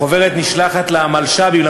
החוברת נשלחת למלש"בים,